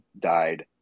died